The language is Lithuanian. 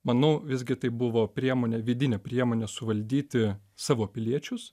manau visgi tai buvo priemonė vidinė priemonė suvaldyti savo piliečius